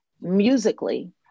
musically